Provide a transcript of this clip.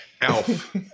alf